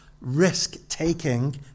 risk-taking